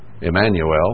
Emmanuel